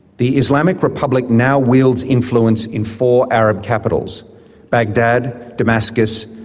the islamic republic now wields influence in four arab capitals baghdad, damascus,